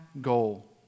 goal